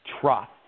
trust